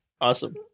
Awesome